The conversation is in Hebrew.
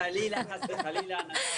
זה סעיף שאפילו מחמיא שנכתב רק ללניאדו.